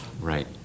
Right